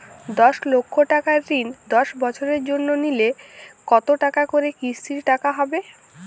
দশ লক্ষ টাকার ঋণ দশ বছরের জন্য নিলে কতো টাকা করে কিস্তির টাকা হবে?